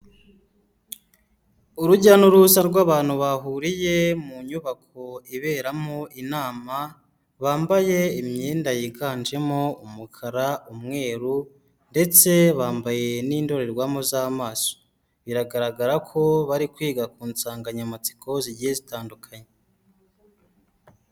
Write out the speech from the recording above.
Urujya n'uruza rw'abantu bahuriye mu nyubako iberamo inama bambaye imyenda yiganjemo umukara, umweru ndetse bambaye n'indorerwamo z'amaso. Biragaragara ko bari kwiga ku nsanganyamatsiko zigiye zitandukanye.